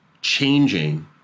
changing